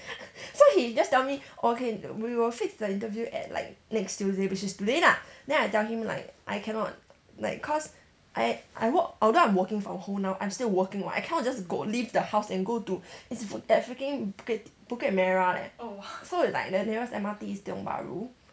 so he just tell me okay we will fix the interview at like next tuesday which is today lah then I tell him like I cannot like cause I I work although I'm working from home now I'm still working [what] I cannot just go leave the house and go to it's f~ at freaking bukit bukit merah leh so it's like the nearest M_R_T station is like tiong bahru